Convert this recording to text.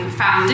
found